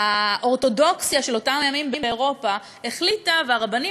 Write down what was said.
האורתודוקסיה של אותם הימים באירופה והרבנים